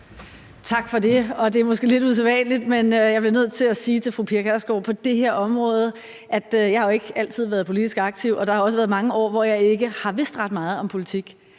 Tak for det. Det er måske lidt usædvanligt, men jeg bliver nødt til at sige til fru Pia Kjærsgaard på det her område, at jeg jo ikke altid har været politisk aktiv og der også har været mange år, hvor jeg ikke har vidst ret meget om politik.